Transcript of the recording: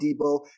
Debo